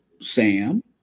Sam